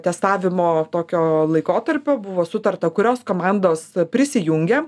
testavimo tokio laikotarpio buvo sutarta kurios komandos prisijungia